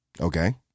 Okay